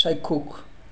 চাক্ষুষ